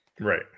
Right